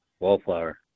Wallflower